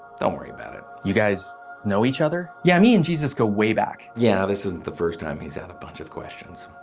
don't worry about it. you guys know each other? yeah, me and jesus go way back. yeah, this isn't the first time he's had a bunch of questions.